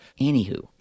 anywho